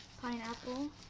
pineapple